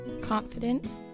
confidence